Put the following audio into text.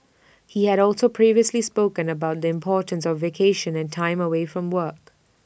he had also previously spoken about the importance of vacation and time away from work